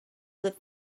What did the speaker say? that